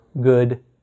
good